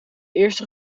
eerste